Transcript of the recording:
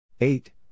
eight